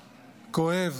כואב.